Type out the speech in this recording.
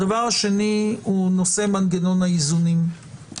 הדבר השני הוא נושא מנגנון האיזונים.